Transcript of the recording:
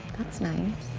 that's nice.